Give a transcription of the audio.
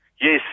Yes